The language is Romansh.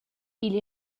igl